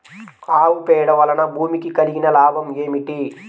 ఆవు పేడ వలన భూమికి కలిగిన లాభం ఏమిటి?